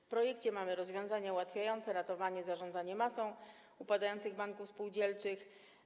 W projekcie mamy rozwiązania ułatwiające ratowanie, zarządzanie masą upadających banków spółdzielczych.